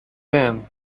then